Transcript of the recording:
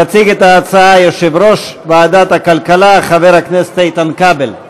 יציג את ההצעה יושב-ראש ועדת הכלכלה חבר הכנסת איתן כבל,